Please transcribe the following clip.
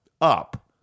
up